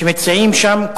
שמציעים שם.